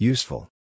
Useful